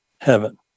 heaven